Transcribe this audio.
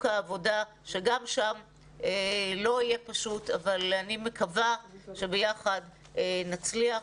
העבודה שגם שם לא יהיה פשוט אבל אני מקווה שביחד נצליח.